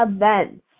events